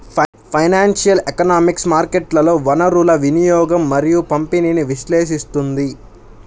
financial economics మార్కెట్లలో వనరుల వినియోగం మరియు పంపిణీని విశ్లేషిస్తుంది